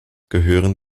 gehören